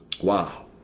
Wow